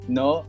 no